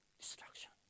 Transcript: destruction